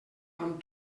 amb